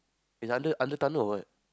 it's under under tunnel or what